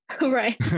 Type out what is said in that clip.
right